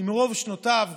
ממרום שנותיו,